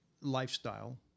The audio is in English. lifestyle